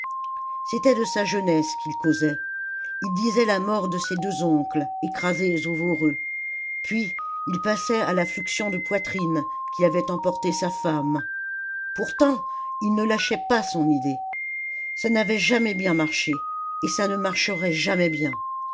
c'était de sa jeunesse qu'il causait il disait la mort de ses deux oncles écrasés au voreux puis il passait à la fluxion de poitrine qui avait emporté sa femme pourtant il ne lâchait pas son idée ça n'avait jamais bien marché et ça ne marcherait jamais bien